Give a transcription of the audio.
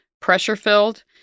pressure-filled